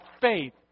faith